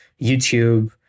YouTube